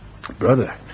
Brother